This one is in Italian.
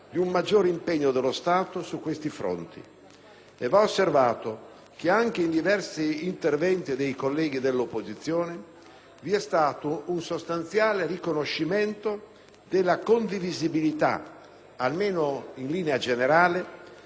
Va osservato che anche nei diversi interventi dei colleghi dell'opposizione vi è stato un sostanziale riconoscimento della condivisibilità, almeno in linea generale, dell'approccio recato dal disegno di legge,